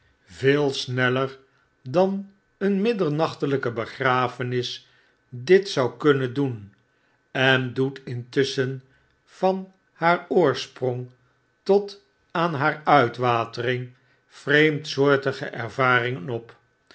veel sneller dan een middernachtelpe begrafenis dit zou kunnen doen en doet intusschen van haar oorsprong tot aan haar uitwatering vreemdsoortige ervaringen op